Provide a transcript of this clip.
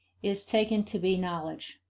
is taken to be knowledge.